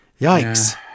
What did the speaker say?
Yikes